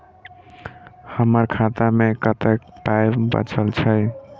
हमर खाता मे कतैक पाय बचल छै